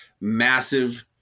massive